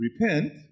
repent